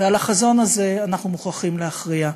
ועל החזון הזה אנחנו מוכרחים להכריע,